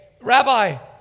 rabbi